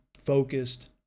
focused